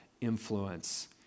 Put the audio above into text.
influence